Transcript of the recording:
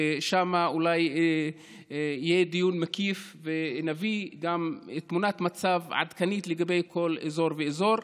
ששם אולי יהיה דיון מקיף ונביא גם תמונת מצב עדכנית לגבי כל אזור ואזור,